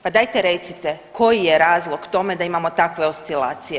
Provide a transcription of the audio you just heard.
Pa dajte recite, koji je razlog tome da imamo takve oscilacije?